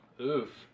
Oof